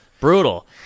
brutal